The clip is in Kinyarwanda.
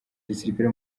gisirikare